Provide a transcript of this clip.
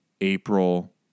April